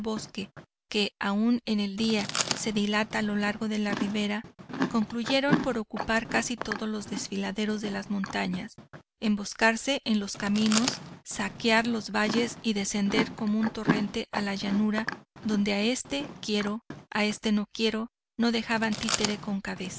que aún en el día se dilata a lo largo de la ribera concluyeron por ocupar casi todos los desfiladeros de las montañas emboscarse en los caminos saquear los valles y descender como un torrente a la llanura donde a este quiero a este no quiero no dejaban títere con cabeza